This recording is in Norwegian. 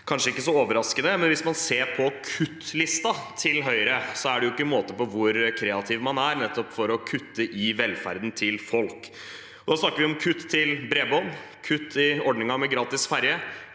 kanskje ikke så overraskende, men hvis man ser på Høyres kuttliste, er det jo ikke måte på hvor kreativ man er for å kutte i velferden til folk. Da snakker vi om kutt til bredbånd, kutt i ordningen med gratis ferje,